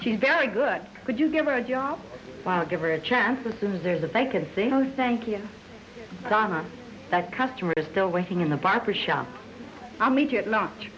she's very good could you give her a job while give her a chance to scissor the bike and say go thank you donna that customer is still waiting in the barber shop i'll meet you at lunch